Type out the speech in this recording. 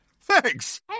Thanks